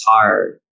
tired